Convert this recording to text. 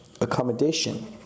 accommodation